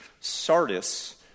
Sardis